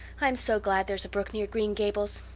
i'm so glad there's a brook near green gables.